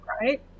right